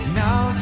now